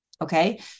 okay